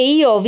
io